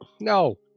No